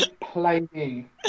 playing